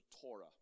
Torah